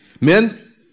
Men